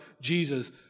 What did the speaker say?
Jesus